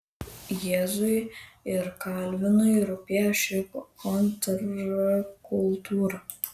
jėzui ir kalvinui rūpėjo ši kontrkultūra